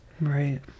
Right